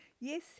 Yes